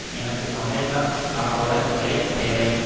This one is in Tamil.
எனக்கு அமேசான் ஸ்டாக்கோட விலை தேவை